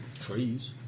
Trees